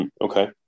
Okay